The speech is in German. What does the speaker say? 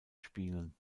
spielen